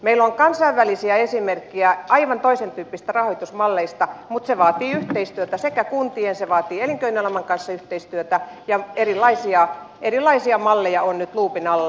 meillä on kansainvälisiä esimerkkejä aivan toisentyyppisistä rahoitusmalleista mutta se vaatii yhteistyötä kuntien kanssa se vaatii elinkeinoelämän kanssa yhteistyötä ja erilaisia malleja on nyt luupin alla